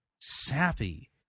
sappy